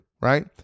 right